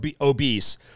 obese